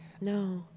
no